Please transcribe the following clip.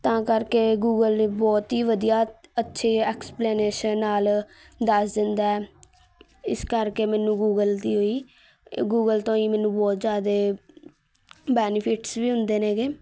ਤਾਂ ਕਰਕੇ ਗੂਗਲ ਨੇ ਬਹੁਤ ਹੀ ਵਧੀਆ ਅੱਛੇ ਐਕਸਪਲੇਨੇਸ਼ਨ ਨਾਲ ਦੱਸ ਦਿੰਦਾ ਹੈ ਇਸ ਕਰਕੇ ਮੈਨੂੰ ਗੂਗਲ ਦੀ ਹੀ ਗੂਗਲ ਤੋਂ ਹੀ ਮੈਨੂੰ ਬਹੁਤ ਜ਼ਿਆਦਾ ਬੈਨੀਫਿਟਸ ਵੀ ਹੁੰਦੇ ਨੇਗੇ